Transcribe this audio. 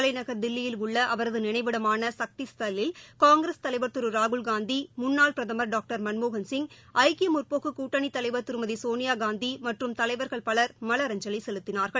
தலைநகர் தில்லியில் உள்ள அவரது நினைவிடமான சக்தி ஸ்தல்லில் காங்கிரஸ் தலைவர் திரு ராகுல்காந்தி முன்னாள் பிரதமர் டாங்டா மன்மோகன்சிங் ஐக்கிய முற்போக்குக் கூட்டணி தலைவர் திருமதி சோனியாகாந்தி மற்றும் தலைவாகள் பலர் மலரஞ்சலி செலுத்தினார்கள்